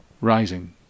Rising